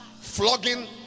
flogging